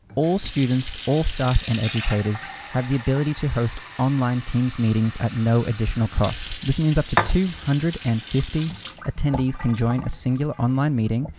all students, all staff and educators have the ability to host online teams meetings at no additional cost. this means up to two hundred and fifty attendees can join a singular online meeting.